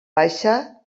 baixa